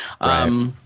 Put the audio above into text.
Right